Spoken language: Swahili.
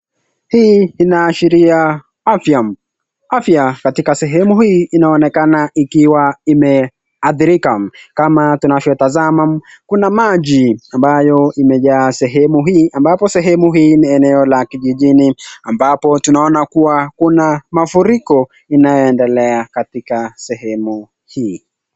Hii inaashiria afya, afya katika sehemu hii inaonekana ikiwa imeadhirika. Kama tunavyotazama kuna maji ambayo imejaa sehemu hii ambapo sehemu hii ni eneo la kijijini ambapo tunaona kuwa kuna mafuriko inayoendelea katika sehemu hii.